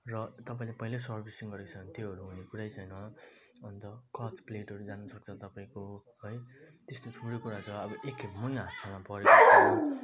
र तपाईँले पहिल्यै सर्विसिङ गरेको छ भने त्योहरू हुने कुरै छैन अन्त क्लच प्लेटहरू जानुसक्छ तपाईँको है त्यस्तो थुप्रै कुराहरू छ अब एकखेप मै हादसामा परेको छु